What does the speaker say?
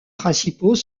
principaux